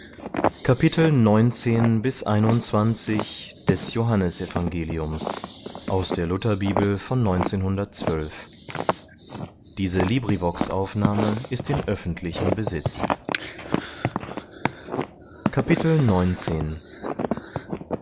tempel ist in